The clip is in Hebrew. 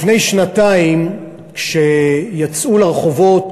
לפני שנתיים, כשיצאו לרחובות